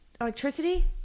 electricity